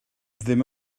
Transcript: ddim